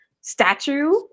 statue